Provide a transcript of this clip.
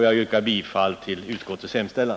Jag yrkar bifall till utskottets hemställan.